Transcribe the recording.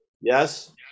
Yes